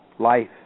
Life